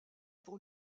pour